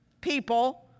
people